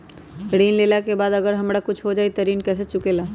ऋण लेला के बाद अगर हमरा कुछ हो जाइ त ऋण कैसे चुकेला?